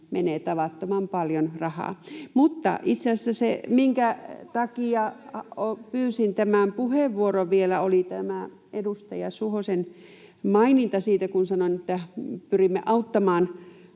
[Krista Kiurun välihuuto] Mutta itse asiassa se, minkä takia pyysin tämän puheenvuoron vielä, oli tämä edustaja Suhosen maininta siitä, kun sanoin, että pyrimme auttamaan